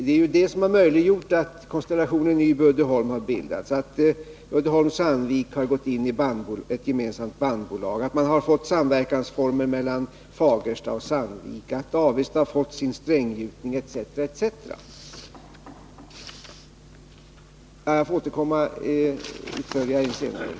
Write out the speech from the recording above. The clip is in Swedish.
Det är det som har möjliggjort att konstellationen Nyby Uddeholm har bildats, att Uddeholm och Sandvik har gått in i ett gemensamt bandbolag, att det har blivit samverkansformer mellan Fagersta och Sandvik, att Avesta har fått sin stränggjutning etc.